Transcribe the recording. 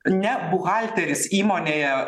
ne buhalteris įmonėje